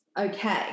Okay